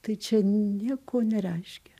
tai čia nieko nereiškia